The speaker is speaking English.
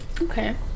Okay